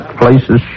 places